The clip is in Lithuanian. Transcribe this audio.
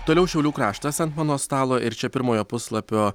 toliau šiaulių kraštas ant mano stalo ir čia pirmojo puslapio